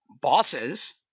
bosses